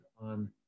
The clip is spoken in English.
on